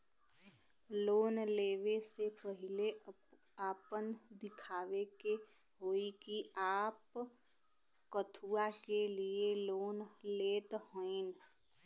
Loan ले वे से पहिले आपन दिखावे के होई कि आप कथुआ के लिए लोन लेत हईन?